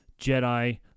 jedi